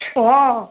हँ